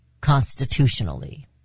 constitutionally